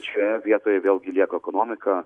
šioje vietoje vėlgi lieka ekonomika